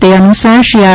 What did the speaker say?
તે અનુસાર શ્રી આર